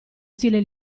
stile